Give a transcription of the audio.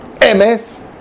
MS